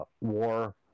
war